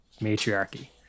matriarchy